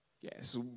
Yes